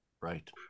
Right